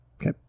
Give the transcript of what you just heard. Okay